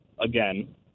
Again